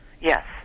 Yes